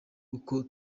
uko